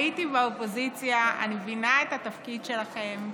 הייתי באופוזיציה, אני מבינה את התפקיד שלכם,